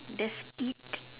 there's eat